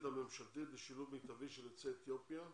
הממשלתית לשילוב מיטיבי של יוצאי אתיופיה.